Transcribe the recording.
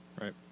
Right